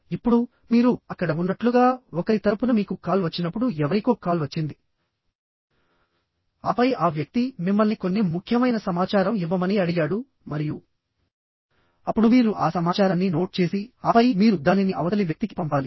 ఇప్పుడు మీరు అక్కడ ఉన్నట్లుగా ఒకరి తరపున మీకు కాల్ వచ్చినప్పుడు ఎవరికో కాల్ వచ్చిందిఆపై ఆ వ్యక్తి మిమ్మల్ని కొన్ని ముఖ్యమైన సమాచారం ఇవ్వమని అడిగాడు మరియు అప్పుడు మీరు ఆ సమాచారాన్ని నోట్ చేసిఆపై మీరు దానిని అవతలి వ్యక్తికి పంపాలి